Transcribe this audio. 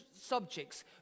subjects